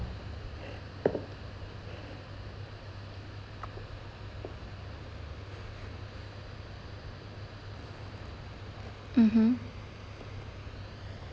mmhmm